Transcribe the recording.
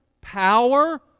power